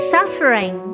Suffering